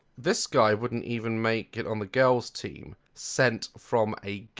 this guy wouldn't even make it on the girls team. sent from a